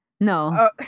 No